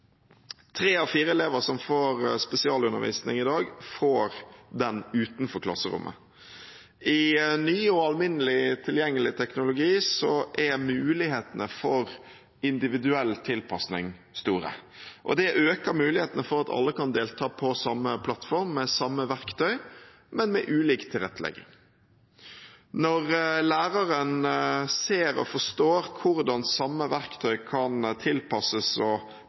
Tre av fire elever som får spesialundervisning i dag, får den utenfor klasserommet. I ny og alminnelig tilgjengelig teknologi er mulighetene for individuell tilpassing store. Det øker muligheten for at alle kan delta på samme plattform med samme verktøy, men med ulik tilrettelegging. Når læreren ser og forstår hvordan det samme verktøyet kan tilpasses og